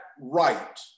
right